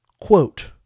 Quote